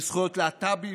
בזכויות להט"בים,